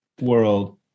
world